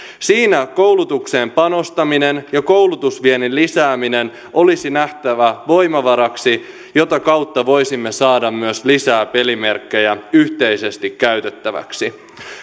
siinä koulutukseen panostaminen ja koulutusviennin lisääminen olisi nähtävä voimavaraksi jota kautta voisimme myös saada lisää pelimerkkejä yhteisesti käytettäväksi